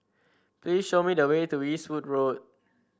please show me the way to Eastwood Road